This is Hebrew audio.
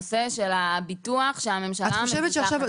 על הנושא של הביטוח שהממשלה מבוטחת בו.